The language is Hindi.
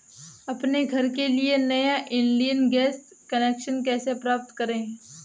अपने घर के लिए नया इंडियन गैस कनेक्शन कैसे प्राप्त करें?